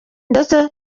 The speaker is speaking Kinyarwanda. ndetse